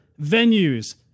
venues